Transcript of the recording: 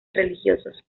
religiosos